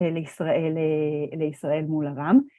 ‫לישראל מול ארם.